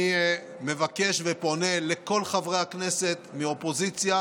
אני מבקש ופונה לכל חברי הכנסת מהאופוזיציה